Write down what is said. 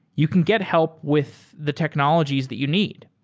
you can get help with the technologies that you need.